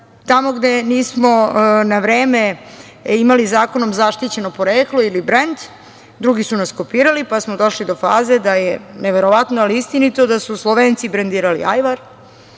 tamo gde nismo na vreme imali zakonom zaštićeno poreklo ili brend drugi su nas kopirali pa smo došli do faze da je, neverovano ali istinito, da su Slovenci brendirali ajvar